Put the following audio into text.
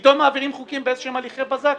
פתאום מעבירים חוקים באיזשהם הליכי בזק,